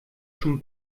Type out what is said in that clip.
schon